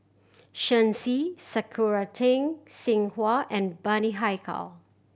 Shen Xi Sakura Teng Ying Hua and Bani Haykal